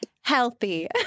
Healthy